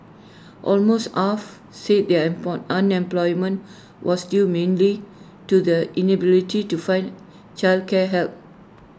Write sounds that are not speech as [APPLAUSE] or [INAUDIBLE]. almost half said their [UNINTELLIGIBLE] unemployment was due mainly to the inability to find childcare help